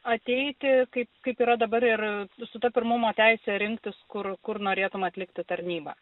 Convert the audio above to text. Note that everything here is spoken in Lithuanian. ateiti kaip kaip yra dabar ir su ta pirmumo teise rinktis kur kur norėtum atlikti tarnybą